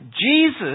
Jesus